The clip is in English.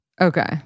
Okay